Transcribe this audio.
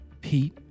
Pete